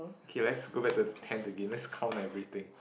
okay let's go back to the tent again let's count everything